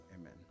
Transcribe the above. Amen